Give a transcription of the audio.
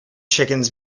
chickens